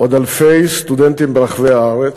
עוד אלפי סטודנטים ברחבי הארץ.